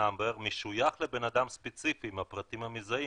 המספר הסידורי משויך לבן אדם ספציפי עם הפרטים המזהים,